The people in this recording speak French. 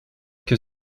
que